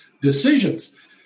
decisions